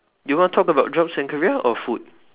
you want to talk about jobs and career or food